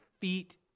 feet